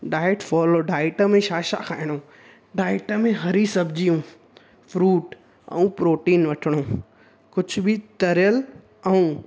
diet follow diet में छा छा खाइणो डाइट में हरी सब्जियूं फ्रूट ऐं प्रोटीन वठिणो कुछ बि तरियल ऐं